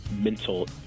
mental